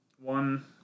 one